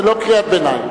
זה לא קריאת ביניים.